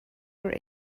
were